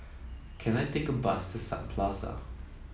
can I take a bus to Sun Plaza